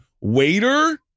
waiter